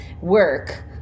work